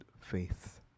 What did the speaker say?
faith